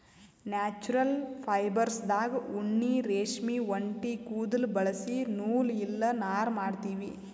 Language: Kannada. ನ್ಯಾಚ್ಛ್ರಲ್ ಫೈಬರ್ಸ್ದಾಗ್ ಉಣ್ಣಿ ರೇಷ್ಮಿ ಒಂಟಿ ಕುದುಲ್ ಬಳಸಿ ನೂಲ್ ಇಲ್ಲ ನಾರ್ ಮಾಡ್ತೀವಿ